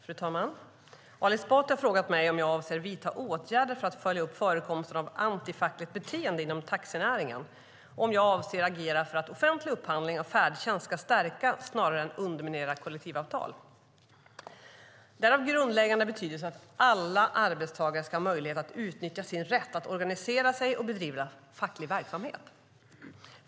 Fru talman! Ali Esbati har frågat mig om jag avser att vidta åtgärder för att följa upp förekomsten av antifackligt beteende inom taxinäringen och om jag avser agera för att offentlig upphandling av färdtjänst ska stärka snarare än underminera kollektivavtal. Det är av grundläggande betydelse att alla arbetstagare ska ha möjlighet att utnyttja sin rätt att organisera sig och bedriva facklig verksamhet.